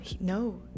No